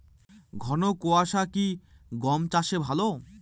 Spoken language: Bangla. ঘন কোয়াশা কি গম চাষে ভালো?